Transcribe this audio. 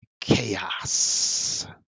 chaos